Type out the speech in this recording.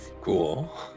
cool